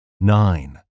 nine